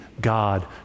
God